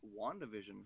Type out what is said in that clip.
wandavision